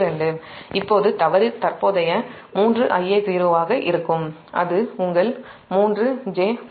இப்போது தவறு தற்போதைய 3Ia0 ஆக இருக்கும் அது உங்கள் 3 j0